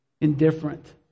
Indifferent